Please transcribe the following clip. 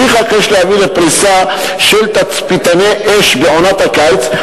לפיכך יש להביא לפריסה של תצפיתני אש בעונת הקיץ,